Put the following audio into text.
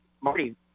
Marty